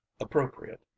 appropriate